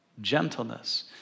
Gentleness